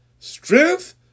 Strength